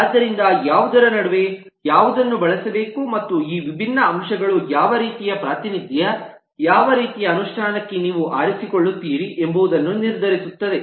ಆದ್ದರಿಂದ ಯಾವುದರ ನಡುವೆ ಯಾವುದನ್ನು ಬಳಸಬೇಕು ಮತ್ತು ಈ ವಿಭಿನ್ನ ಅಂಶಗಳು ಯಾವ ರೀತಿಯ ಪ್ರಾತಿನಿಧ್ಯ ಯಾವ ರೀತಿಯ ಅನುಷ್ಠಾನಕ್ಕೆ ನೀವು ಆರಿಸಿಕೊಳ್ಳುತ್ತೀರಿ ಎಂಬುದನ್ನು ನಿರ್ಧರಿಸುತ್ತದೆ